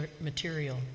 material